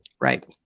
Right